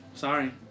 Sorry